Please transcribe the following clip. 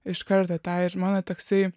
iš karto tą ir mano toksai